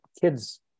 kids